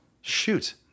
Shoot